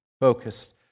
focused